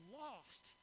lost